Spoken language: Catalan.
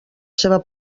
seva